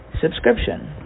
subscription